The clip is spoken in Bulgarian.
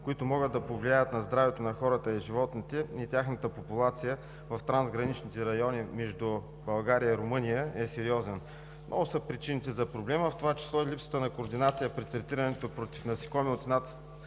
които могат да повлияят на здравето на хората и животните и тяхната популация в трансграничните райони между България и Румъния, проблемът е сериозен. Много са причините за проблема, в това число и липсата на координация при третирането против насекоми, от една